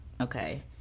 okay